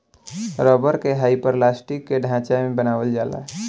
rubber के hyperelastic के ढांचा में बनावल जाला